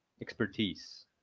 expertise